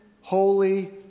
holy